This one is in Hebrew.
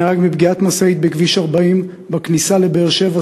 נהרג מפגיעת משאית בכביש 40 בכניסה לבאר-שבע,